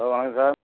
hello வணக்கம் sir